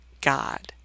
God